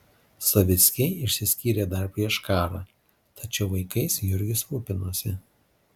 savickiai išsiskyrė dar prieš karą tačiau vaikais jurgis rūpinosi